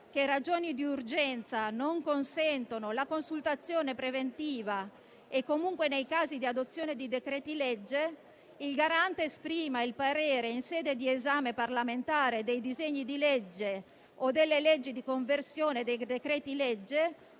che ragioni di urgenza non consentono la consultazione preventiva - e comunque nei casi di adozione di decreti-legge - il Garante esprima il parere in sede di esame parlamentare dei disegni di legge o delle leggi di conversione dei decreti-legge